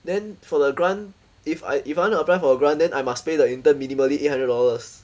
then for the grant if I if I want to apply for grant then I must pay the intern minimally eight hundred dollars